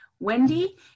Wendy